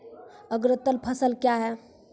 अग्रतर फसल क्या हैं?